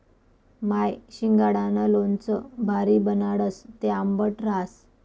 माय शिंगाडानं लोणचं भारी बनाडस, ते आंबट रहास